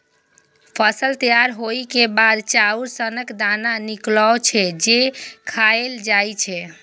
फसल तैयार होइ के बाद चाउर सनक दाना निकलै छै, जे खायल जाए छै